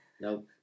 Nope